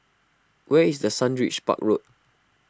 where is the Sundridge Park Road